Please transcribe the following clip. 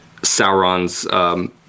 Sauron's